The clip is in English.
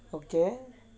okay